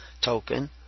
token